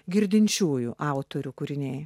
girdinčiųjų autorių kūriniai